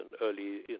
early